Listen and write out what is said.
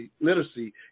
literacy